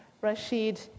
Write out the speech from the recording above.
Rashid